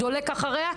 דולק אחריה,